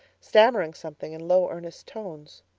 stammering something in low earnest tones.